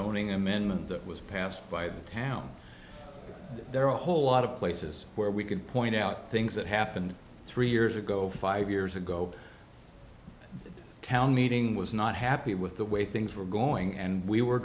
zoning amendment that was passed by the town there are a whole lot of places where we could point out things that happened three years ago five years ago town meeting was not happy with the way things were going and we were